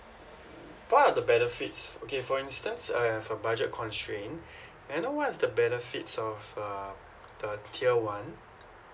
what are the benefits okay for instance I have a budget constraint may I know what's the benefits of uh the tier one